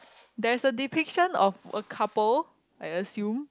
there is a depiction of a couple I assume